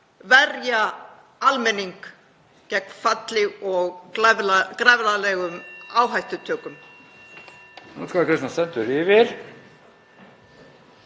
verja almenning gegn falli og glæfralegri áhættutöku.